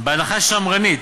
בהנחה שמרנית,